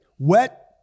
Wet